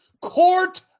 court